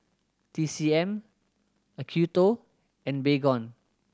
T C M Acuto and Baygon